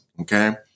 Okay